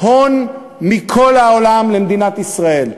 הון מכל העולם למדינת ישראל.